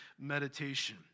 meditation